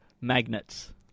Magnets